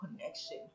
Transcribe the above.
connection